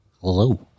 Hello